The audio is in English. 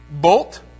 bolt